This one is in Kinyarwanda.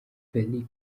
felix